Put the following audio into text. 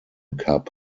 cup